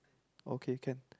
okay can